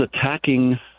attacking